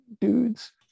dudes